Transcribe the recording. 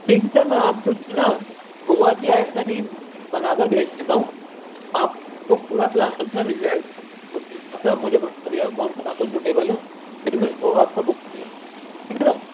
ان سب میں آپ کو جو ہے نا گوا کی بنا کر بھیج دیتا ہوں آپ کو پورا پلان اس میں مل جائے گا اس کے حساب سے آپ مجھے بتا دیجیے گا کون سا آپ کو سوٹیبل ہے پھر میں وہ آپ کا بک کروں گا ٹھیک ہے نا